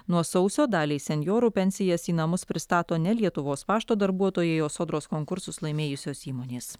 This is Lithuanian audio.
nuo sausio daliai senjorų pensijas į namus pristato ne lietuvos pašto darbuotojai o sodros konkursus laimėjusios įmonės